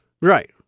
Right